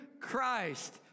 Christ